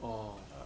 orh